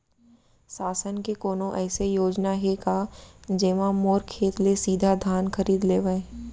शासन के कोनो अइसे योजना हे का, जेमा मोर खेत ले सीधा धान खरीद लेवय?